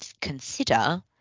consider